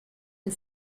and